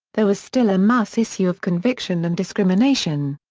there was still a mass issue of conviction and discrimination.